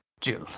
jill,